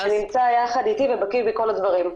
נמצא יחד אתי ובקיא בכל הדברים.